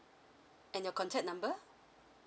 and your contact number